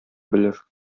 белер